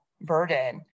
burden